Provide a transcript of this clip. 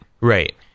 Right